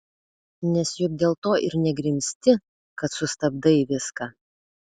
nes juk dėl to ir negrimzti kad sustabdai viską